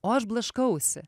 o aš blaškausi